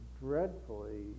dreadfully